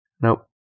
Nope